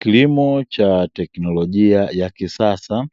Kilimo cha teknolojia ya kisasa